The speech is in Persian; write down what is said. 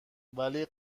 ولی